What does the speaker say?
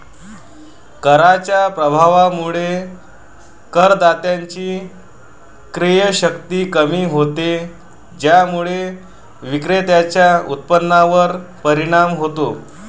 कराच्या प्रभावामुळे करदात्याची क्रयशक्ती कमी होते, ज्यामुळे विक्रेत्याच्या उत्पन्नावर परिणाम होतो